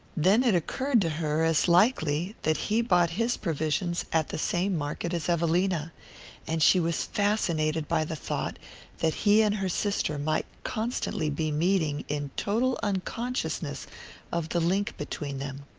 then it occurred to her as likely that he bought his provisions at the same market as evelina and she was fascinated by the thought that he and her sister might constantly be meeting in total unconsciousness of the link between them.